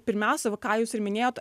pirmiausia va ką jūs ir minėjot